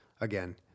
Again